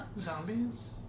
Zombies